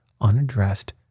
unaddressed